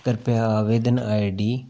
कृपया आवेदन I D